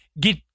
get